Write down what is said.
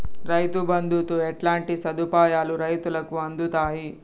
రైతు బంధుతో ఎట్లాంటి సదుపాయాలు రైతులకి అందుతయి?